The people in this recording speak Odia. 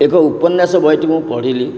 ଏକ ଉପନ୍ୟାସ ବହିଟି ମୁଁ ପଢ଼ିଲି